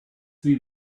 see